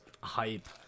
hype